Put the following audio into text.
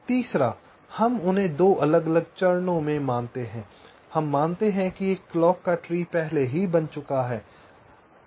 तीसरा हम उन्हें 2 अलग अलग चरणों में मानते हैं हम मानते हैं कि एक क्लॉक का पेड़ पहले ही बन चुका है